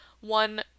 one